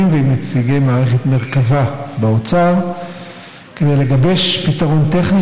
ועם נציגי מערכת מרכב"ה באוצר כדי לגבש פתרון טכני